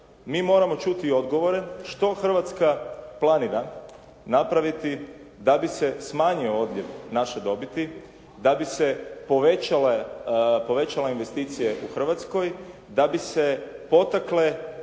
mi moramo čuti odgovore što Hrvatska planira napraviti da bi se smanjio odljev naše dobiti, da bi se povećale investicije u Hrvatskoj, da bi se potakle